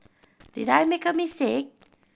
did I make a mistake